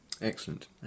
Excellent